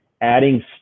adding